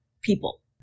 people